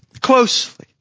closely